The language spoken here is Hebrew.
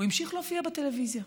הוא המשיך להופיע בטלוויזיה.